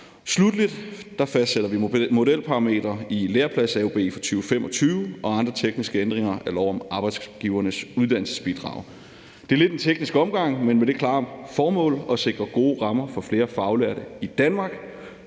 Sluttelig fastsætter vi modelparametre i læreplads-AUB'en for 2025 og andre tekniske ændringer af lov om Arbejdsgivernes Uddannelsesbidrag. Det er lidt en teknisk omgang, men med det klare formål at sikre gode rammer for flere faglærte i Danmark.